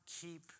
keep